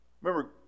Remember